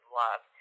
love